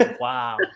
Wow